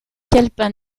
calepin